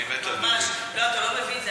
לא, אתה לא מבין,